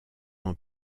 ans